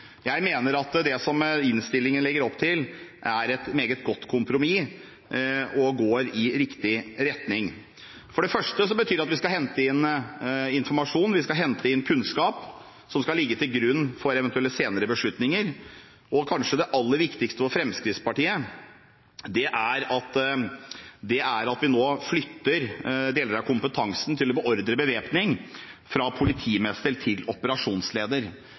Jeg mener at det som innstillingen legger opp til, er et meget godt kompromiss, som går i riktig retning. For det første betyr det at vi skal hente inn informasjon og kunnskap, som skal ligge til grunn for eventuelle senere beslutninger. Og det kanskje aller viktigste for Fremskrittspartiet er at vi nå flytter deler av kompetansen til å beordre bevæpning fra politimester til operasjonsleder.